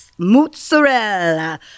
Mozzarella